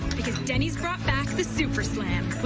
because denny's brought back the super slam